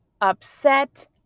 upset